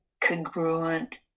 Congruent